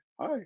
hi